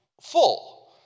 full